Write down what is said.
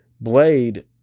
Blade